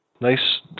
Nice